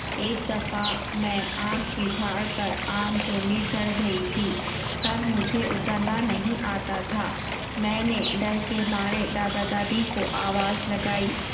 ایک دفعہ میں آم کے جھاڑ پر آم توڑنے چڑھ گئی تھی پر مجھے اترنا نہیں آتا تھا میں نے ڈر کے مارے دادا دادی کو آواز لگائی